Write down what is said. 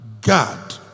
God